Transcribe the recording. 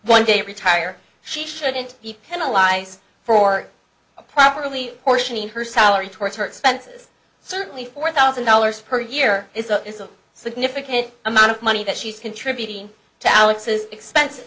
one day retire she shouldn't be penalized for a properly portion of her salary towards her expenses certainly four thousand dollars per year is a is a significant amount of money that she's contributing to alex's expenses